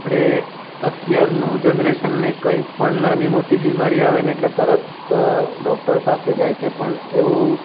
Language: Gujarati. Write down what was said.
આપડે અત્યારનું જનરશનને કંઈ પણ નાની મોટી બિમારી આવે ને એટલે એટલે તરત ડોક્ટર પાસે જાય છે પણ એવું